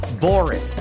boring